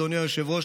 אדוני היושב-ראש,